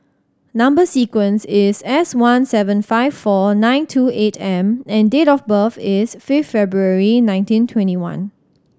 number sequence is S one seven five four nine two eight M and date of birth is fifth February nineteen twenty one